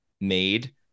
made